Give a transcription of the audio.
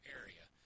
area